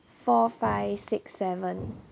four five six seven